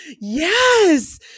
Yes